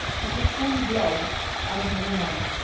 it's a full-blood aboriginal woman.